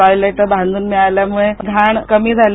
toilet बांधून मिळाल्यामुळे घाण कमी झाली